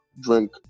drink